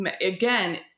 again